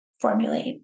formulate